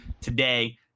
Today